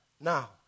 now